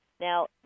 now